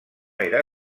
era